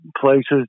places